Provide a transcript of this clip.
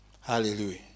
Hallelujah